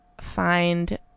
find